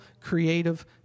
creative